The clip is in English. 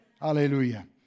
Hallelujah